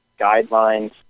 guidelines